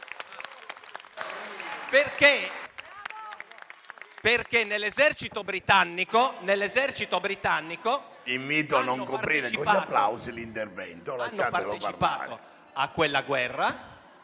perché nell'esercito britannico hanno partecipato a quella guerra